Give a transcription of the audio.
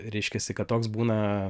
reiškiasi kad toks būna